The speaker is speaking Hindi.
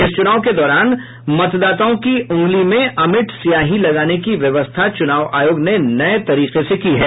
इस चुनाव के दौरान मतदाताओं की अंगूली में अमिट स्याही लगाने की व्यवस्था चुनाव आयोग ने नये तरीके से की है